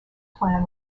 plan